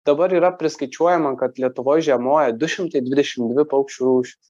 dabar yra priskaičiuojama kad lietuvoj žiemoja du šimtai dvidešim dvi paukščių rūšys